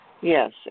Yes